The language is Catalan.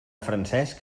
francesc